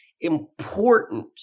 important